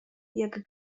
jak